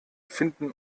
finden